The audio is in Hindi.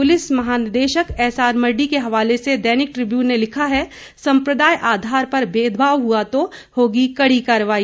पुलिस महानिदेशक एसआर मरडी के हवाले से दैनिक ट्रिब्यून ने लिखा है संप्रदाय आधार पर भेदभाव हुआ तो होगी कड़ी कार्रवाई